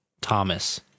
Thomas